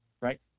right